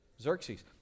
Xerxes